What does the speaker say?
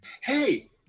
Hey